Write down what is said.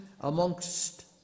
amongst